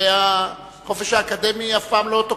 ואת החופש האקדמי אף פעם לא תוקפים,